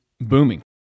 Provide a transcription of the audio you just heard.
booming